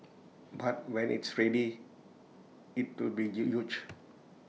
but when it's ready IT will be huge